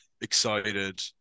excited